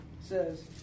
says